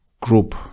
group